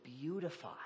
beautify